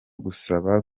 gusaba